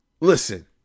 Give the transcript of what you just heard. Listen